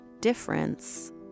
difference